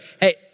hey